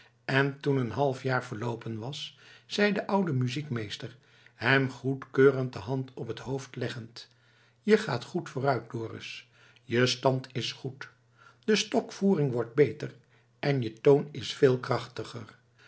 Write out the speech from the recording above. en toen een half jaar verloopen was zei de oude muziekmeester hem goedkeurend de hand op het hoofd leggend je gaat goed vooruit dorus je stand is goed de stokvoering wordt beter en je toon is veel krachtiger